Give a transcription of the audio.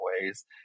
ways